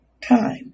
time